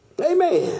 Amen